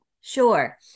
Sure